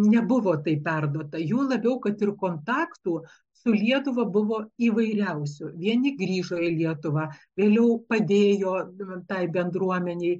nebuvo tai perduota juo labiau kad ir kontaktų su lietuva buvo įvairiausių vieni grįžo į lietuvą vėliau padėjo tai bendruomenei